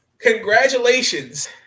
Congratulations